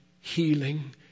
healing